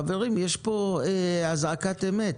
חברים, יש פה אזעקת אמת.